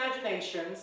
imaginations